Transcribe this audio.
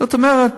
זאת אומרת,